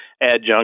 adjunct